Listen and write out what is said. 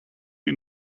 you